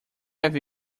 have